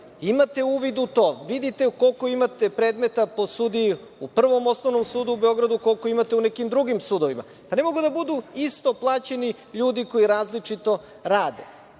Imate uvid u to, vidite u koliko imate predmeta po sudiju u Prvom osnovnom sudu u Beogradu, a koliko imate u nekim drugim sudovima. Pa, ne mogu da budu isto plaćeni ljudi koji različito